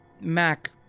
Mac